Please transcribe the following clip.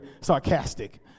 sarcastic